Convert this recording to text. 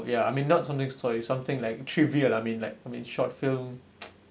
okay ya I mean not something sorry something like trivial I mean like I mean short film